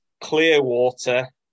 Clearwater